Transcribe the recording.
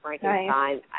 Frankenstein